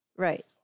Right